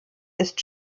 ist